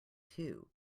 two